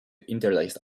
interlaced